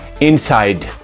inside